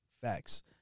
Facts